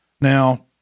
Now